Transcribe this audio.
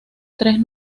tres